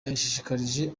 yashishikarije